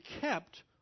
kept